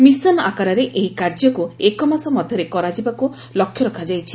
mission ଆକାରରେ ଏହି କାର୍ଯ୍ୟକୁ ଏକମାସ ମଧ୍ୟରେ କରାଯିବାକୁ ଲକ୍ଷ୍ୟ ରଖାଯାଇଛି